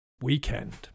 weekend